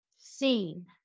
seen